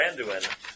Branduin